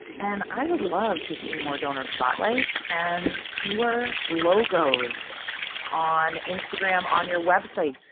and i would love to see more donor spotlights and fewer logos on instagram, on your website.